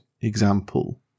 example